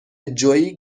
جویی